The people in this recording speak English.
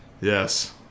Yes